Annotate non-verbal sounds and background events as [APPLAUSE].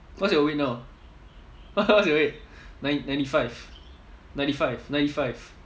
what's your weight now [LAUGHS] what's your weight nine~ ninety five ninety five ninety five